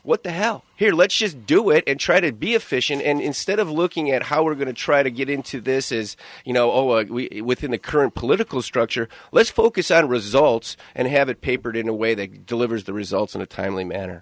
what the hell here let's just do it and try to be efficient and instead of looking at how we're going to try to get into this is you know within the current political structure let's focus on results and have it papered in a way that delivers the results in a timely manner